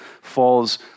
falls